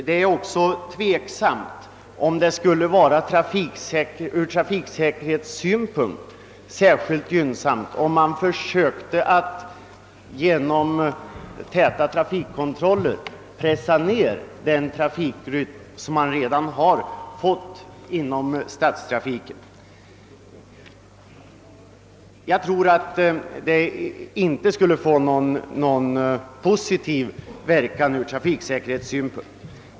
Det är också tveksamt, huruvida det ur trafiksäkerhetssynpunkt skulle vara särskilt gynnsamt att genom täta trafikkontroller pressa ned den trafikrytm man redan fått inom stadstrafiken. Jag tror inte att det skulle ha någon positiv verkan ur trafiksäkerhetssynpunkt.